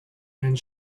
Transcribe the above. and